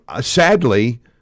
sadly